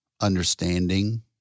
understanding